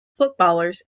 footballers